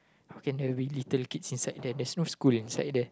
how can there be little kids inside there there's no school inside there